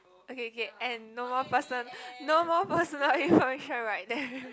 okay okay and no more person no more personal information